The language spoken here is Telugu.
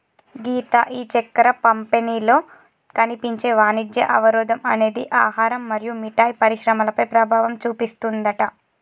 గీత ఈ చక్కెర పంపిణీలో కనిపించే వాణిజ్య అవరోధం అనేది ఆహారం మరియు మిఠాయి పరిశ్రమలపై ప్రభావం చూపిస్తుందట